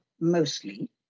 mostly